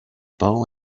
bow